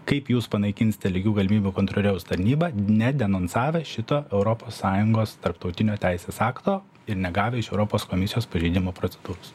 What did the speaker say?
kaip jūs panaikinsite lygių galimybių kontrolieriaus tarnybą nedenonsavę šito europos sąjungos tarptautinio teisės akto ir negavę iš europos komisijos pažeidimo procedūros